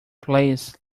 please